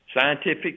scientific